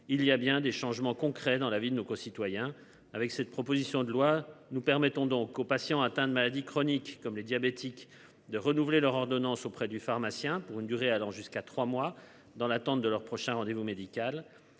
il y a bien des changements concrets dans la vie de nos concitoyens avec cette proposition de loi nous permettons donc aux patients atteints de maladies chroniques comme les diabétiques de renouveler leur ordonnance auprès du pharmacien pour une durée allant jusqu'à 3 mois dans l'attente de leur prochain rendez-vous médical